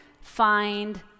find